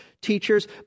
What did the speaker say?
teachers